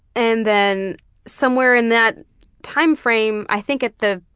and then somewhere in that time frame, i think at the